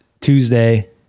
Tuesday